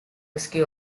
rescue